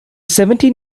seventeen